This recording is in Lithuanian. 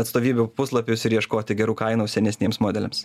atstovybių puslapius ir ieškoti gerų kainų senesniems modeliams